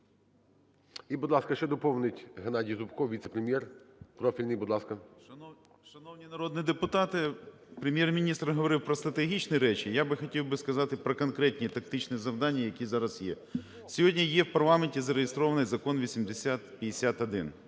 І, будь ласка, ще доповнить ГеннадійЗубко – віце-прем'єр профільний, будь ласка. 10:40:26 ЗУБКО Г.Г. Шановні народні депутати, Прем'єр-міністр говорив про стратегічні речі, я би хотів сказати про конкретні тактичні і практичні завдання, які зараз є. Сьогодні є в парламенті зареєстрований закон 8051: